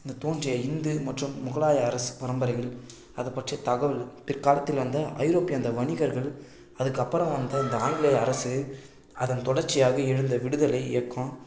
இந்தத்தோன்றிய இந்து மற்றும் முகலாய அரசு பரம்பரையில் அதுபற்றிய தகவல் பிற்காலத்தில் வந்த ஐரோப்பிய அந்த வணிகர்கள் அதுக்கப்புறம் வந்த இந்த ஆங்கிலேய அரசு அதன் தொடர்ச்சியாக எழுந்த விடுதலை இயக்கம்